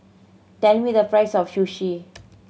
tell me the price of Sushi